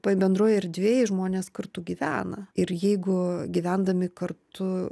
toj bendroj erdvėj žmonės kartu gyvena ir jeigu gyvendami kartu